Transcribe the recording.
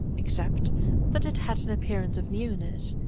except that it had an appearance of newness.